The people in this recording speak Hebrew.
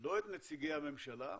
לא את נציגי הממשלה,